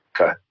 Okay